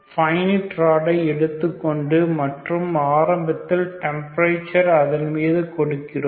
finite ராடை எடுத்துக்கொண்டு மற்றும் ஆரம்பத்தில் டெம்பரேச்சர் அதன்மீது கொடுக்கிறோம்